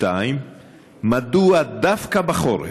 2. מדוע דווקא בחורף,